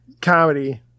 Comedy